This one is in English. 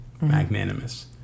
Magnanimous